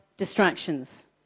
distractions